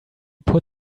put